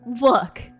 Look